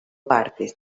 partes